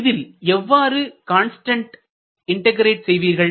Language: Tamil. இதில் எவ்வாறு கான்ஸ்டன்ட்டை இன்டகிரெட் செய்வீர்கள்